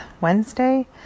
Wednesday